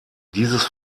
dieses